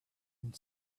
and